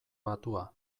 batua